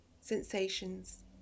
sensations